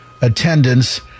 attendance